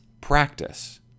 practice